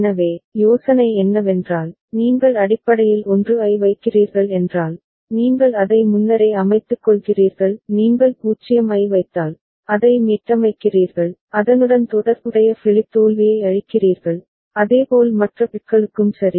எனவே யோசனை என்னவென்றால் நீங்கள் அடிப்படையில் 1 ஐ வைக்கிறீர்கள் என்றால் நீங்கள் அதை முன்னரே அமைத்துக்கொள்கிறீர்கள் நீங்கள் 0 ஐ வைத்தால் அதை மீட்டமைக்கிறீர்கள் அதனுடன் தொடர்புடைய ஃபிளிப் தோல்வியை அழிக்கிறீர்கள் அதேபோல் மற்ற பிட்களுக்கும் சரி